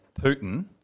Putin